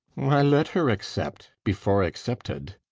why, let her except before excepted.